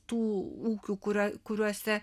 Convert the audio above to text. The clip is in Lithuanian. tų ūkių kurie kuriuose